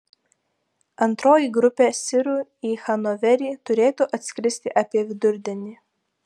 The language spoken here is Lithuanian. antroji grupė sirų į hanoverį turėtų atskristi apie vidurdienį